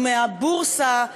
עם הבורסה,